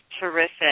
terrific